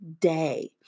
day